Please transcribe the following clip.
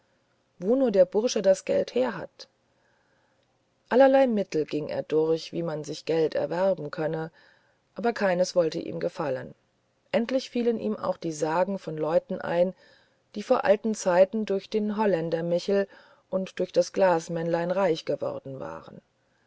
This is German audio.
wo nur der bursche das geld her hat allerlei mittel ging er durch wie man sich geld erwerben könne aber keines wollte ihm gefallen endlich fielen ihm auch die sagen von leuten bei die vor alten zeiten durch den holländer michel und durch das glasmännlein reich geworden waren